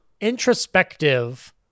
introspective